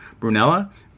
Brunella